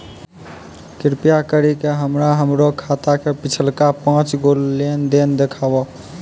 कृपा करि के हमरा हमरो खाता के पिछलका पांच गो लेन देन देखाबो